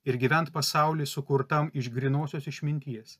ir gyvent pasauly sukurtam iš grynosios išminties